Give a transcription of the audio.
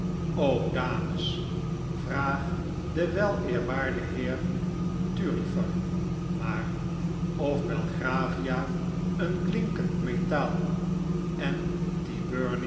och dames vraag den weleerwaarden heer thurifer maar of belgravia een klinkend metaal en